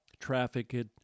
trafficked